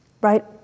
right